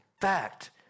fact